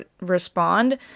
respond